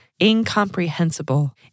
incomprehensible